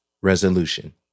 resolution